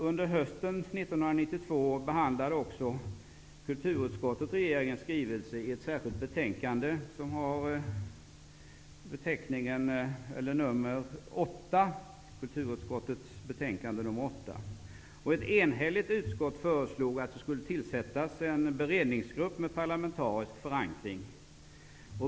Under hösten 1992 behandlade kulturutskottet regeringens skrivelse i ett särskilt betänkande, KrU8. Ett enhälligt utskott föreslog att det skulle tillsättas en beredningsgrupp med parlamentarisk förankring.